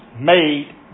made